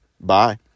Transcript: Bye